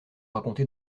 raconter